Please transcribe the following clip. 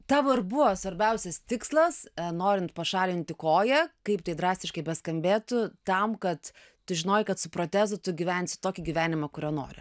tavo ir buvo svarbiausias tikslas norint pašalinti koją kaip tai drastiškai beskambėtų tam kad tu žinojai kad su protezu tu gyvensi tokį gyvenimą kurio nori